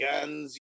guns